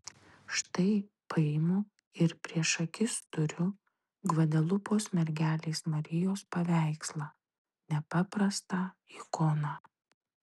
štai paimu ir prieš akis turiu gvadelupos mergelės marijos paveikslą nepaprastą ikoną